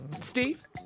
Steve